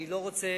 אני לא רוצה